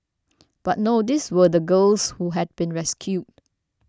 but no these were the girls who had been rescued